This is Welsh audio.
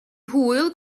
hwyl